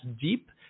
deep